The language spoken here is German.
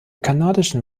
kanadischen